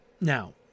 Now